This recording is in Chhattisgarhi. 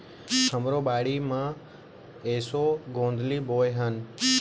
हमरो बाड़ी म एसो गोंदली बोए हन